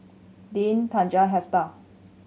Dean Taja Hester